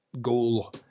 goal